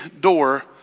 door